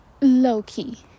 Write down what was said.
low-key